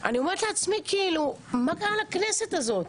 ואני אומרת לעצמי מה קרה לכנסת הזאת?